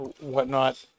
whatnot